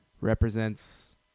represents